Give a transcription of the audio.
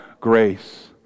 grace